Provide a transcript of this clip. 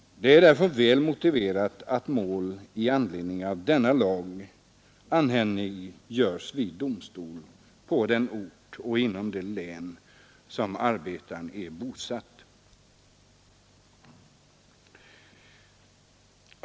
Det är därför väl motiverat att mål i anledning av denna lag anhängiggörs vid domstol på den ort och inom det län där arbetaren är bosatt.